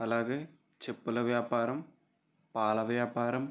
అలాగే చెప్పుల వ్యాపారం పాల వ్యాపారం